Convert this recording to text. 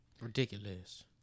Ridiculous